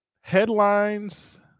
headlines